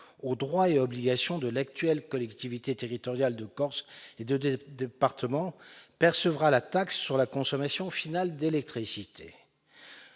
aux droits et obligations de l'actuelle collectivité territoriale de Corse et des deux départements : elle percevra la taxe sur la consommation finale d'électricité.